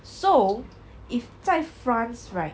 so if 在 france right